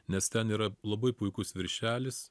nes ten yra labai puikus viršelis